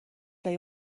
لای